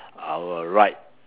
our right